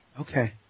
Okay